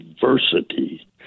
diversity